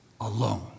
alone